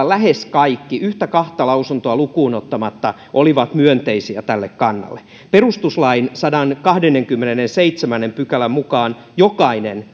lähes kaikki lausunnot yhtä kahta lausuntoa lukuun ottamatta taisivat olla myönteisiä tälle kannalle perustuslain sadannenkahdennenkymmenennenseitsemännen pykälän mukaan jokainen